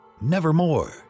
Nevermore